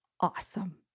awesome